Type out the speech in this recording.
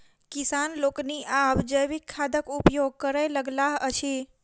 किसान लोकनि आब जैविक खादक उपयोग करय लगलाह अछि